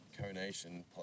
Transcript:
Co-Nation